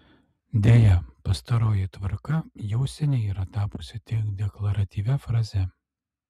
deja pastaroji tvarka jau seniai yra tapusi tik deklaratyvia fraze